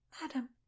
Madam